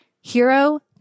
Hero